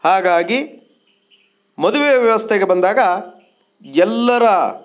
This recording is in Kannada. ಹಾಗಾಗಿ ಮದುವೆಯ ವ್ಯವಸ್ಥೆಗೆ ಬಂದಾಗ ಎಲ್ಲರ